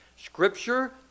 Scripture